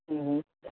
ہوں ہوں